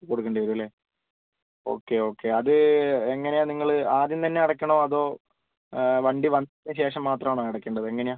കൊടുക്കേണ്ടി വരും അല്ലേ ഓക്കെ ഓക്കെ അത് എങ്ങനെയാണ് നിങ്ങൾ ആദ്യം തന്നെ അടയ്ക്കണോ അതോ വണ്ടി വന്നതിന് ശേഷം മാത്രം ആണോ അടയ്ക്കേണ്ടത് എങ്ങനെയാണ്